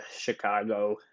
Chicago